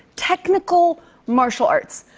technical martial arts.